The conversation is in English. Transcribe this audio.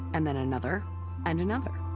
and then another and another.